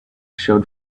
showed